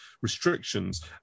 restrictions